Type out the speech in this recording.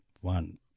one